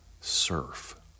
surf